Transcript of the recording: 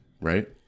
right